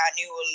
annual